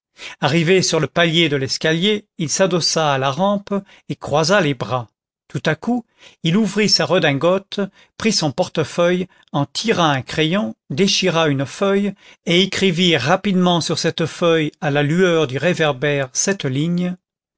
arrivé sur le palier de l'escalier il s'adossa à la rampe et croisa les bras tout à coup il ouvrit sa redingote prit son portefeuille en tira un crayon déchira une feuille et écrivit rapidement sur cette feuille à la lueur du réverbère cette ligne